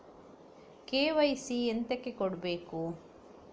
KYC ಎಂತಕೆ ಕೊಡ್ಬೇಕು?